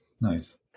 Nice